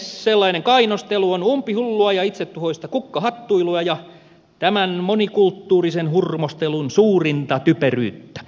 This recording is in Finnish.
sellainen kainostelu on umpihullua ja itsetuhoista kukkahattuilua ja tämän monikulttuurisen hurmostelun suurinta typeryyttä